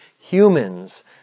Humans